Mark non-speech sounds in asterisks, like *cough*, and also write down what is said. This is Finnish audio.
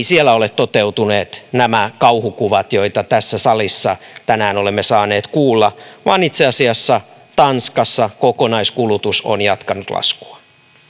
*unintelligible* siellä ole toteutuneet nämä kauhukuvat joita tässä salissa tänään olemme saaneet kuulla vaan itse asiassa tanskassa kokonaiskulutus on jatkanut laskua